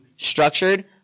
structured